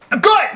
Good